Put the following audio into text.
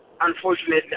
unfortunately